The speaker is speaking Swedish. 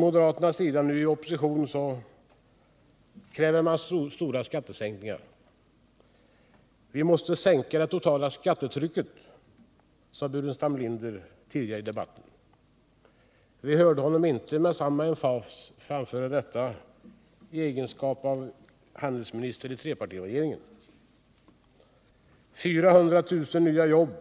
Moderaterna — nu i opposition — kräver stora skattesänkningar. ”Vi måste sänka det totala skattetrycket”, sade Staffan Burenstam Linder tidigare i debatten. Vi hörde honom inte med samma emfas framföra detta i egenskap av handelsminister i trepartiregeringen. 400 000 nya jobb